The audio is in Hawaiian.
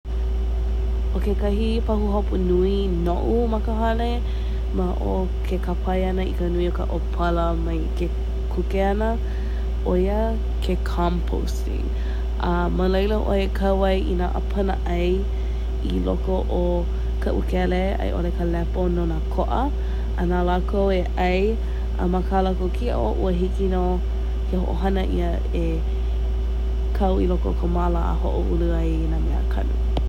‘O kekahi pahuhopu nui no’u ma ka hale ma o ke kāpae ‘ana ka nui o ka ‘ōpala mai ke kuke ‘ana, ‘o ia ke composting. A ma laila ‘oe e kau ai nā ‘āpana ‘ai i loko o ka ‘ūkele a i ‘ole ka lepo no nā ko’a. A nā lākou e ‘ai, a ma kā lākou ki’o, ua hiki nō ke ho’ohana ‘ia e kau i loko o ka māla a ho’oulu ai i nā meakanu.